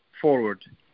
forward